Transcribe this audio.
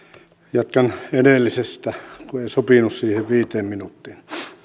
jatkan edellisestä kun en sopinut siihen viiteen minuuttiin